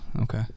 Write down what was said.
Okay